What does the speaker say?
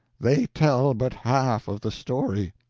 they tell but half of the story.